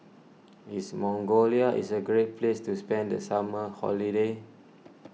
is Mongolia is a great place to spend the summer holiday